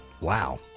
Wow